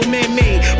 Man-made